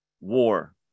war